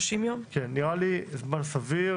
זה נראה לי זמן סביר